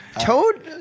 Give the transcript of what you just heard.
Toad